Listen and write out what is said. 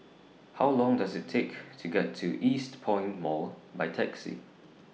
How Long Does IT Take to get to Eastpoint Mall By Taxi